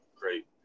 great